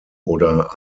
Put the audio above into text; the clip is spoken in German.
oder